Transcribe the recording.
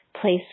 place